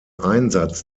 einsatz